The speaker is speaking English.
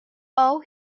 all